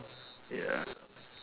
ya